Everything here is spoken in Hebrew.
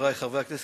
חברי חברי הכנסת,